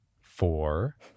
four